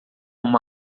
uma